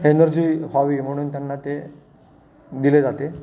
energy व्हावी म्हणून त्यांना ते दिले जाते